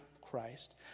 Christ